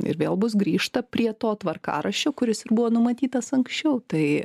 ir vėl bus grįžta prie to tvarkaraščio kuris ir buvo numatytas anksčiau tai